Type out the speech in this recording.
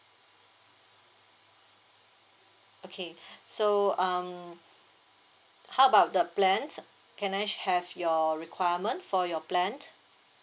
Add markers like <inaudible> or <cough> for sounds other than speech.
okay <breath> so um how about the plan can I have your requirement for your plan